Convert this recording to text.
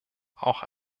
auch